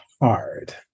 hard